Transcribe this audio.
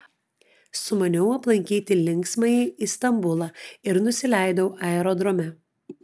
sumaniau aplankyti linksmąjį istambulą ir nusileidau aerodrome